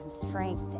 strength